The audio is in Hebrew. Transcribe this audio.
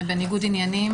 והם בניגוד עניינים,